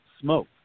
smoke